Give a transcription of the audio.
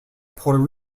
puerto